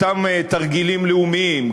אותם תרגילים לאומיים,